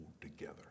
together